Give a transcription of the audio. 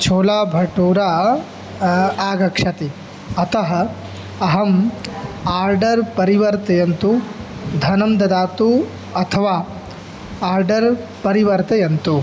छोलाभटोरा आगच्छति अतः अहम् आर्डर् परिवर्तयन्तु धनं ददातु अथवा आर्डर् परिवर्तयन्तु